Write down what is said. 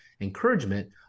encouragement